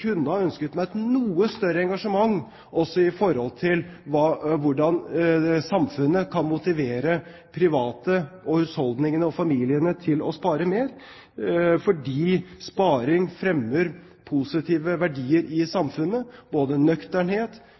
kunne ha ønsket meg et noe større engasjement også i forhold til hvordan samfunnet kan motivere private og husholdningene og familiene til å spare mer, fordi sparing fremmer positive verdier i samfunnet, både nøkternhet,